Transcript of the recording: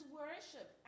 worship